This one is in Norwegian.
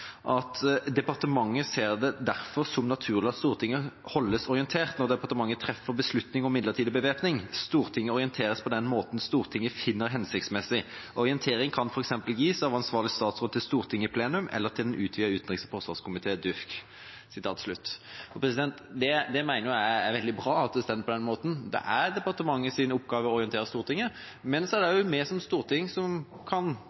at Stortinget holdes orientert når departementet treffer beslutning om midlertidig bevæpning. Stortinget orienteres på den måten Stortinget finner hensiktsmessig. Orientering kan for eksempel gis av ansvarlig statsråd til Stortinget i plenum eller til Den utvidete utenriks- og forsvarskomite Jeg mener det er veldig bra at det står slik. Det er departementets oppgave å orientere Stortinget. Men så er det Stortinget som kan